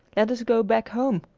let us go back home.